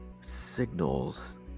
signals